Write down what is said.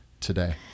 today